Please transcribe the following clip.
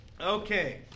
Okay